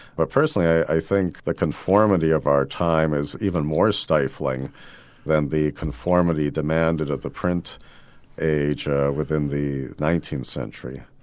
but personally i think the conformity of our time is even more stifling than the conformity demanded of the print age within the nineteenth century.